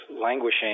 languishing